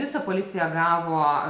viso policija gavo